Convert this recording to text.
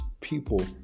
people